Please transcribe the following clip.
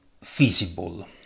feasible